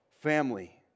family